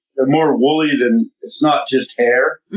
they're more wooly than it's not just hair.